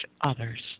others